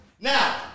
Now